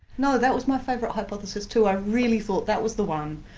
no. that was my favourite hypothesis too. i really thought that was the one,